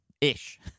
Ish